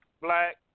black